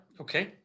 okay